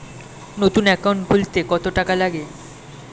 নতুন একাউন্ট খুলতে কত টাকা লাগে?